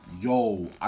Yo